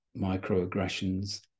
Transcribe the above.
microaggressions